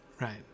Right